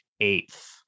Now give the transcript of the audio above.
eighth